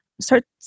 Start